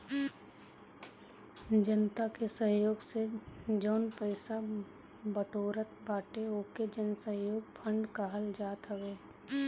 जनता के सहयोग से जवन पईसा बिटोरात बाटे ओके जनसहयोग फंड कहल जात हवे